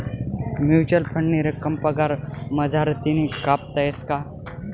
Mutual फंडनी रक्कम पगार मझारतीन कापता येस का?